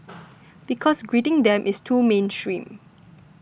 because greeting them is too mainstream